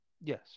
Yes